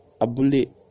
Abule